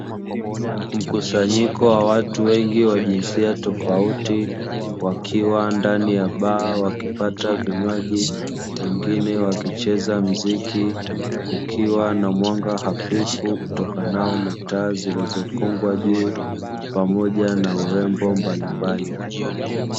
Mkusanyiko wa watu wengi wa jinsia tofauti, Wakiwa ndani ya baa wakipata vinywaji, wengine wakicheza mziki, kukiwa na mwanga hafifu utokanao na taa zilizofungwa juu, pamoja na urembo mbalimbali.